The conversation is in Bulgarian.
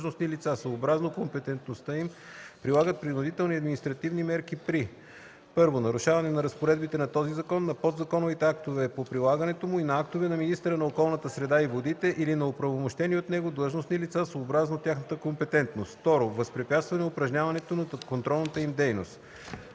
длъжностни лица съобразно компетентността им прилагат принудителни административни мерки при: 1. нарушаване разпоредбите на този закон, на подзаконовите актове по прилагането му и на актове на министъра на околната среда и водите или на оправомощени от него длъжностни лица съобразно тяхната компетентност; 2. възпрепятстване упражняването на контролната им дейност.